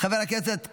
חברת הכנסת טטיאנה,